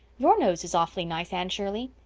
your nose is awfully nice, anne shirley.